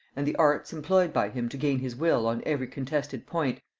and the arts employed by him to gain his will on every contested point,